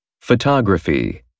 photography